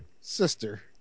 sister